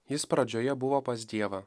jis pradžioje buvo pas dievą